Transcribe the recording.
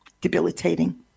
debilitating